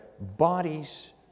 bodies